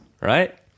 right